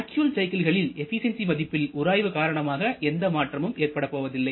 actual சைக்கிள்களில் efficiency மதிப்பில் உராய்வு காரணமாக எந்த மாற்றமும் ஏற்படப்போவதில்லை